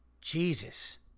Jesus